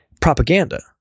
propaganda